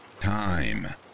time